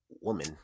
Woman